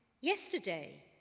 Yesterday